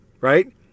right